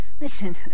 Listen